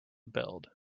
build